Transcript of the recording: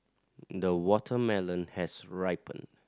the watermelon has ripened